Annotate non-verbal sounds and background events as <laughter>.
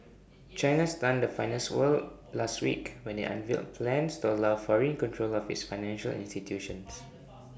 China stunned the finance world last week when IT unveiled plans to allow foreign control of its financial institutions <noise>